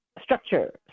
structure